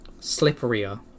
slipperier